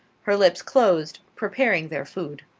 her lips closed, preparing their food.